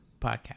podcast